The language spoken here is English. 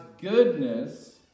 goodness